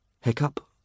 Hiccup